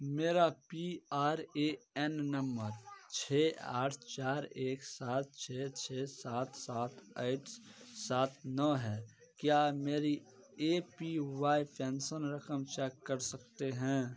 मेरा P R A N number छः आठ चार एक सात छः छः सात सात ऐट्स सात नौ है क्या मेरी ए पी वाई पेंसन रकम चेक कर सकते हैं